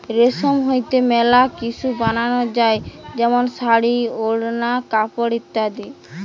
রেশম হইতে মেলা কিসু বানানো যায় যেমন শাড়ী, ওড়না, কাপড় ইত্যাদি